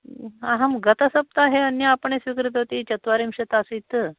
अहं गतसप्ताहे अन्य आपणे स्वीकृतवती चत्वारिंशत् आसीत्